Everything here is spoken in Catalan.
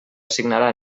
assignarà